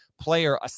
player